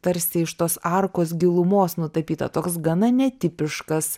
tarsi iš tos arkos gilumos nutapyta toks gana netipiškas